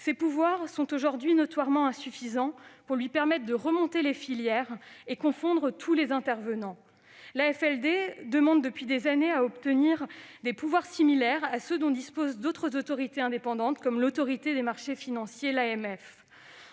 Ces pouvoirs sont aujourd'hui notoirement insuffisants pour lui permettre de remonter les filières et confondre tous les intervenants. L'AFLD demande depuis des années à obtenir des pouvoirs similaires à ceux dont disposent d'autres autorités indépendantes comme l'Autorité des marchés financiers, l'AMF.